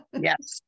Yes